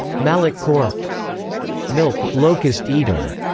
malakh-khor malakh-khor locust eater,